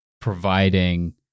providing